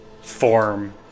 form